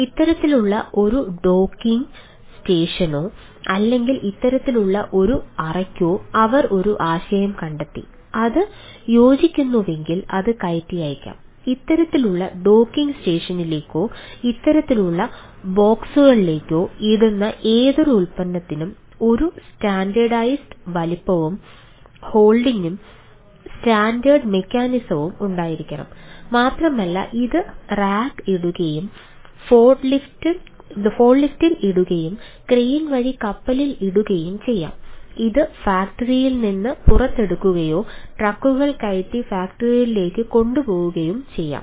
ഇത്തരത്തിലുള്ള ഒരു ഡോക്കിംഗ് സ്റ്റേഷനോ കൊണ്ടുപോകുകയോ ചെയ്യാം